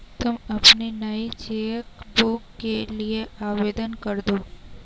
तुम अपनी नई चेक बुक के लिए आवेदन करदो